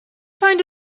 find